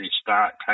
start